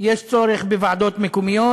יש צורך בוועדות מקומיות.